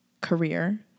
career